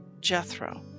Jethro